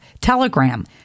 Telegram